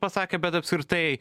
pasakė bet apskritai